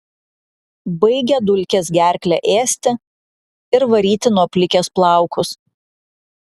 baigia dulkės gerklę ėsti ir varyti nuo plikės plaukus